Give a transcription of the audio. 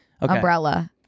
Umbrella